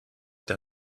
der